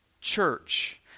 church